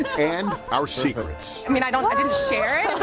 and our secrets. i mean, i i didn't share it.